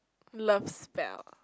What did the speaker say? love spell